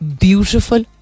beautiful